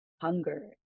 hunger